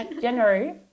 january